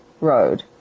road